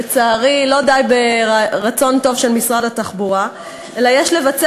לצערי לא די ברצון טוב של משרד התחבורה אלא יש לבצע